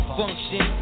function